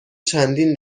چندین